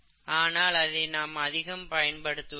ஆனால் அதை நாம் அதிகம் பயன்படுத்துவதில்லை